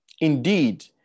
Indeed